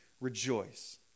rejoice